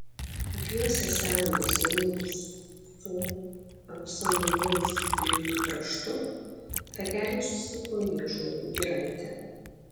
apjuosęs seną baseiną su apsamanojusių plytų kraštu takelis suko į ąžuolų giraitę